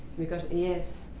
because, yes,